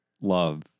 love